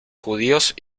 judíos